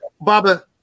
Baba